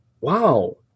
wow